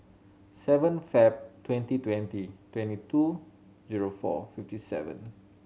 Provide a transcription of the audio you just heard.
seven Feb twenty twenty twenty two zero four fifty seven